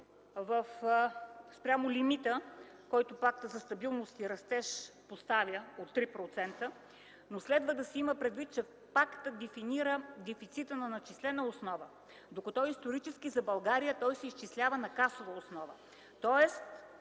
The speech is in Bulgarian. спрямо лимита, който Пактът за стабилност и растеж поставя – от 3%, но следва да се има предвид, че Пактът дефинира дефицита на начислена основа, докато исторически за България той се изчислява на касова основа, тоест